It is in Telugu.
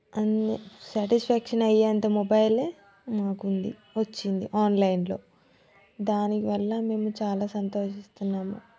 అన్ని శాటిస్ఫాక్షన్ అయ్యేంత మొబైలే మాకుంది వచ్చింది ఆన్లైన్లో దానివల్ల మేము చాలా సంతోషిస్తున్నాము